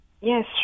Yes